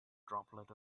droplet